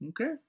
Okay